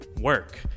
work